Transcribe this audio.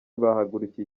bahagurukiye